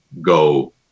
go